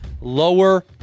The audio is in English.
lower